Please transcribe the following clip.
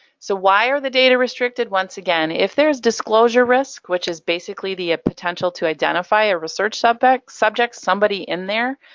so why are the data restricted? once again, if there's disclosure risk, which is basically the potential to identify a research subject, somebody in there,